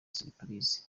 siripurize